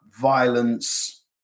violence